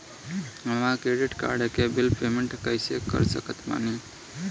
हमार credit card के bill payment कइसे कर सकत बानी?